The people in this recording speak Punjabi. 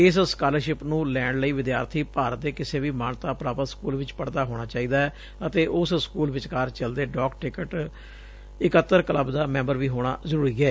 ਇਸ ਸਕਾਲਰਸ਼ਿਪ ਨੂੰ ਲੈਣ ਲਈ ਵਿਦਿਆਰਥੀ ਭਾਰਤ ਦੇ ਕਿਸੇ ਵੀ ਮਾਣਤਾ ਪ੍ਰਾਪਤ ਸਕੁਲ ਚ ਪੜਦਾ ਹੋਣਾ ਚਾਹੀਦੈ ਅਤੇ ਉਸ ਸਕੁਲ ਵਿਚਕਾਰ ਚੱਲਦੇ ਡਾਕ ਟਿਕਟ ਇਕੱਤਰ ਕਲੱਬ ਦਾ ਮੈਂਬਰ ਵੀ ਹੋਣਾ ਜਰੁਰੀ ਏ